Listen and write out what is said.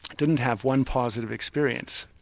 didn't have one positive experience,